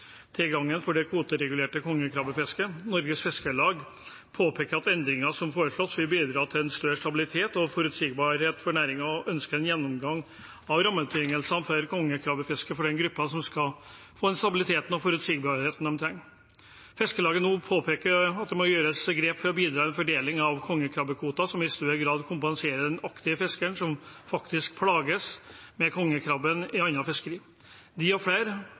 for det kvoteregulerte kongekrabbefisket. Norges Fiskarlag påpeker at endringene som foreslås, vil bidra til større stabilitet og forutsigbarhet for næringen, og ønsker en gjennomgang av rammebetingelsene for kongekrabbefisket for den gruppen som skal få den stabiliteten og forutsigbarheten de trenger. Fiskarlaget påpeker nå at det må tas grep for å bidra til en fordeling av kongekrabbekvoter som i større grad kompenserer den aktive fiskeren som faktisk plages med kongekrabben i annet fiskeri. Dem – og flere